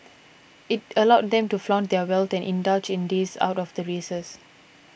it allowed them to flaunt their wealth and indulge in days out of the races